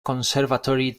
conservatory